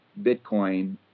bitcoin